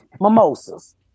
Mimosas